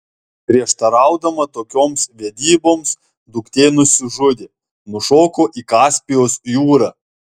prieštaraudama tokioms vedyboms duktė nusižudė nušoko į kaspijos jūrą